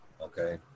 okay